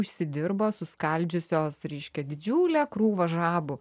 užsidirbo suskaldžiusios reiškia didžiulę krūvą žabų